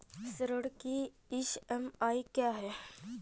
ऋण की ई.एम.आई क्या है?